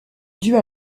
due